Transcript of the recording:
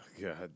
God